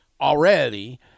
already